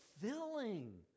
filling